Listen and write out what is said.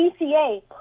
BCA